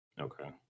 Okay